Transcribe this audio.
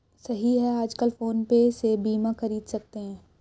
सही है आजकल फ़ोन पे से बीमा ख़रीद सकते हैं